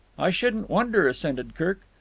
i shouldn't wonder, assented kirk.